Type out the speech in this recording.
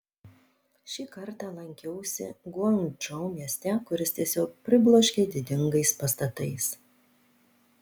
šį kartą lankiausi guangdžou mieste kuris tiesiog pribloškė didingais pastatais